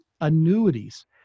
annuities